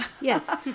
Yes